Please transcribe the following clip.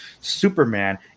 Superman